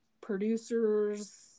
producers